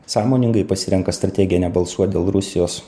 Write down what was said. sąmoningai pasirenka strategiją nebalsuot dėl rusijos